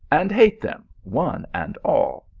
and hate them, one and all.